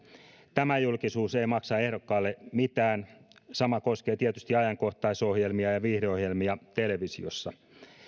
tämä julkisuus ei maksa ehdokkaalle mitään sama koskee tietysti ajankohtaisohjelmia ja viihdeohjelmia televisiossa